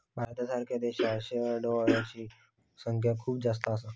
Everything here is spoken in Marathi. भारतासारख्या देशात शेअर होल्डर यांची संख्या खूप जास्त असा